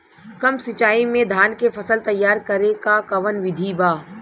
कम सिचाई में धान के फसल तैयार करे क कवन बिधि बा?